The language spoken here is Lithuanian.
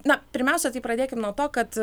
na pirmiausia tai pradėkim nuo to kad